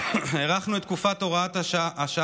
הארכנו את תקופת הוראת השעה,